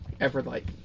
Everlight